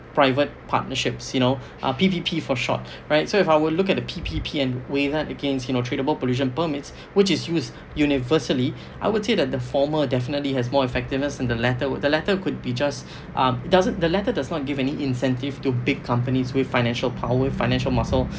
private partnerships you know uh P_V_P for short right so if I would look at the P_V_P and weigh that against you know tradable pollution permits which is used universally I would say that the former definitely has more effectiveness and the latter with the latter could be just um doesn't the latter does not give any incentive to big companies with financial power financial muscle